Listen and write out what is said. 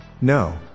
No